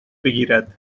بگیرد